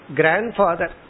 grandfather